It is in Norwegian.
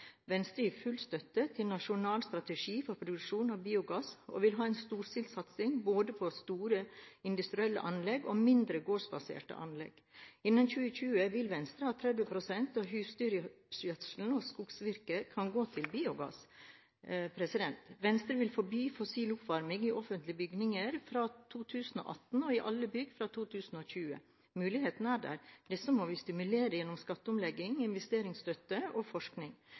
Venstre gir full støtte til nasjonal strategi for produksjon av biogass, og vil ha en storstilt satsing både på store industrielle anlegg og mindre gårdsbaserte anlegg. Innen 2020 vil Venstre at 30 pst. av husdyrgjødsel og skogsvirke kan gå til biogass. Venstre vil forby fossil oppvarming i offentlige bygninger fra 2018, og i alle bygg fra 2020. Mulighetene er der. Disse må vi stimulere gjennom skatteomlegginger, investeringsstøtte og forskning.